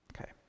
Okay